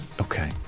okay